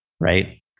right